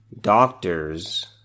Doctors